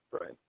right